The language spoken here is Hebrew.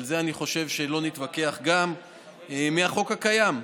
על זה אני חושב שלא נתווכח, גם מהחוק הקיים,